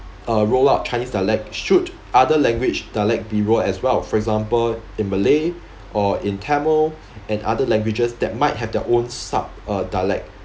uh roll out chinese dialect should other language dialect be roll as well for example in malay or in tamil and other languages that might have their own sub uh dialect